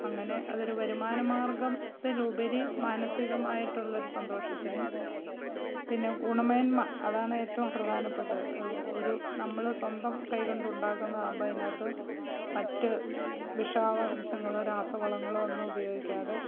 അങ്ങനെ അതൊരു വരുമാനമാർഗത്തിലുപരി മാനസികമായിട്ടുള്ളൊരു സന്തോഷത്തിനും പിന്നെ ഗുണമേന്മ അതാണ് ഏറ്റവും പ്രധാനപ്പെട്ടത് ഒരു നമ്മള് സ്വന്തം കൈകൊണ്ട് ഉണ്ടാക്കുന്നത് ആകുമ്പോള് അതിനകത്ത് മറ്റു വിഷാംശങ്ങളോ രാസവളങ്ങളോ ഒന്നും ഉപയോഗിക്കാതെ